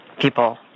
people